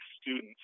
students